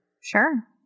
Sure